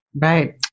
Right